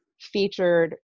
featured